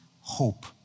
hope